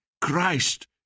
Christ